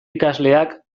ikasleak